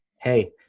Hey